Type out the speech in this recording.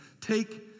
take